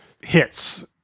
hits